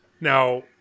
Now